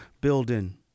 building